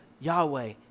Yahweh